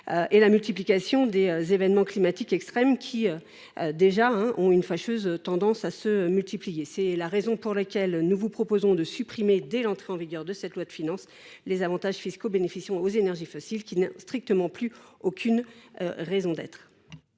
et la multiplication des événements climatiques extrêmes, qui ont déjà une fâcheuse tendance à se multiplier. C’est pourquoi nous proposons de supprimer, dès l’entrée en vigueur de ce projet de loi de finances, les avantages fiscaux bénéficiant aux énergies fossiles qui n’ont plus aucune raison d’être.